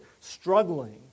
struggling